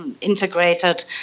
integrated